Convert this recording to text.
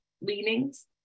leanings